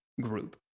group